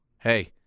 hey